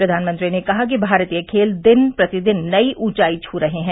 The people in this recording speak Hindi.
प्रधानमंत्री ने कहा कि भारतीय खेल दिन प्रतिदिन नई ऊंचाई छू रहे हैं